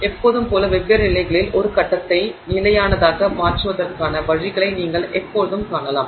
எப்போதும் போல வெவ்வேறு நிலைகளில் ஒரு கட்டத்தை நிலையானதாக மாற்றுவதற்கான வழிகளை நீங்கள் எப்போதும் காணலாம்